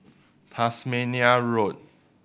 Tasmania Road